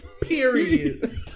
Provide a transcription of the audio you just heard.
Period